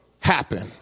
happen